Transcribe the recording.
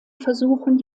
versuchen